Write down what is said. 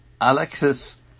Alexis